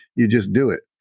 you just do it.